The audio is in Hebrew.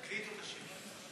תקליטו את השקט.